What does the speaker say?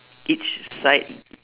each side